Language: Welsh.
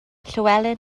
llywelyn